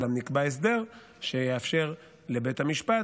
ואולם, נקבע הסדר שיאפשר לבית המשפט,